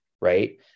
Right